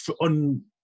on